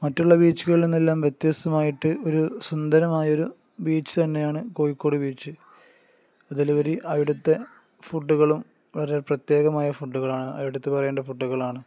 മറ്റുള്ള ബീച്ചുകളിൽ നിന്നെല്ലാം വ്യത്യസ്തമായിട്ട് ഒരു സുന്ദരമായൊരു ബീച്ച് തന്നെയാണ് കോഴിക്കോട് ബീച്ച് അതിലുപരി അവിടുത്തെ ഫുഡുകളും വളരെ പ്രത്യേകമായ ഫുഡുകളാണ് എടുത്തുപറയേണ്ട ഫുഡുകളാണ്